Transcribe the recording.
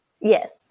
yes